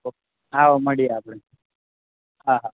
હા મળીએ આપણે હા